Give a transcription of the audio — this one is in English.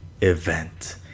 Event